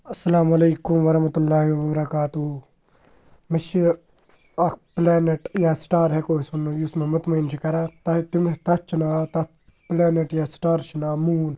اَسَلامُ علیکُم وَرحمتُہ اللہِ وَبَرکاتُہ مےٚ چھِ اَکھ پٕلینٹ یا سٹار ہٮ۪کو أسۍ ووٚنوُ یُس مےٚ مطمعیٖن چھِ کَران تہ تٔمِس تَتھ چھُ ناو تَتھ پٕلینٹ یا سٹارَس چھُ ناو موٗن